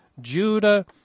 Judah